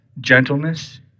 gentleness